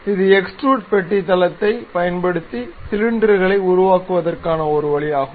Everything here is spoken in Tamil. இது எக்ஸ்ட்ரூட் பெட்டி தளத்தைப் பயன்படுத்தி சிலிண்டர்களை உருவாக்குவதற்கான ஒரு வழியாகும்